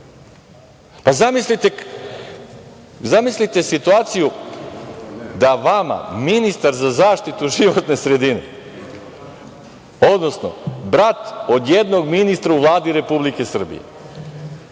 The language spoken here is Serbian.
drugo. Zamislite situaciju da vama ministar za zaštitu životne sredine, odnosno brat od jednog ministra u Vladi Republike Srbije,